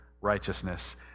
righteousness